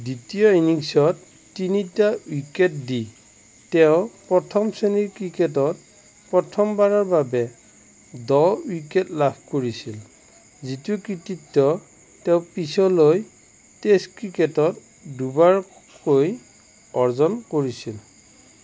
দ্বিতীয় ইনিংছত তিনিটা উইকেট দি তেওঁ প্ৰথম শ্ৰেণীৰ ক্ৰিকেটত প্ৰথমবাৰৰ বাবে দহ উইকেট লাভ কৰিছিল যিটো কৃতিত্ব তেওঁ পিছলৈ টেষ্ট ক্ৰিকেটত দুবাৰকৈ অৰ্জন কৰিছিল